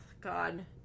god